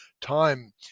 time